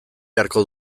beharko